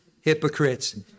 hypocrites